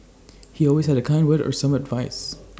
he always had A kind word or some advice